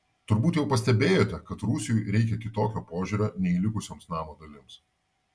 turbūt jau pastebėjote kad rūsiui reikia kitokio požiūrio nei likusioms namo dalims